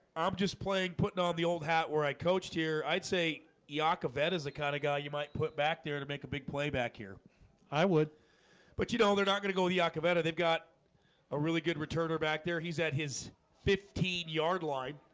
i'm just playing putting all the old hat where i coached here i'd say yakov vet is the kind of guy you might put back there to make a big play back here i would but you know, they're not gonna go better. they've got a really good returner back there. he's at his fifteen yard line.